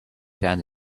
found